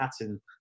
pattern